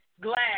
Glad